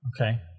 Okay